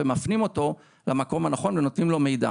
ומפנים אותו למקום הנכון ונותנים לו מידע.